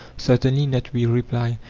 certainly not, we reply.